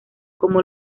como